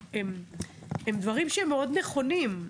הם דברים מאוד נכונים,